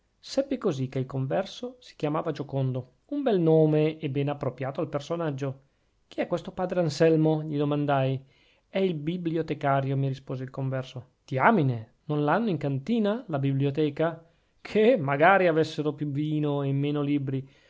seppi così che il converso si chiamava giocondo un bel nome e bene appropriato al personaggio chi è questo padre anselmo gli domandai è il bibliotecario mi rispose il converso diamine non l'hanno in cantina la biblioteca che magari avessero più vino e meno libri